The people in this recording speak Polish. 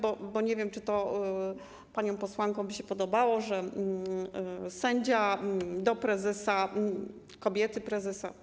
Bo nie wiem, czy paniom posłankom by się podobało to, że sędzia do prezesa, kobiety prezesa.